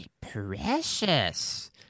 Precious